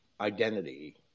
identity